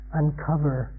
uncover